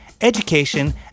education